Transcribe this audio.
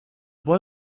boy